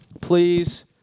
please